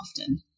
often